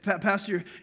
Pastor